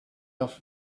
off